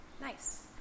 Nice